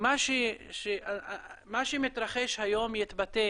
מה שמתרחש היום, יתבטא